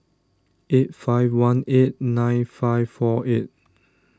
eight five one eight nine five four eight